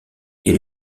est